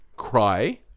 cry